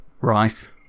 Right